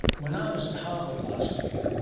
when i was at harvard last year.